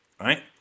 right